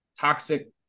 toxic